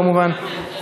כמובן.